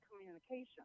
communication